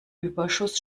überschuss